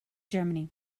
germany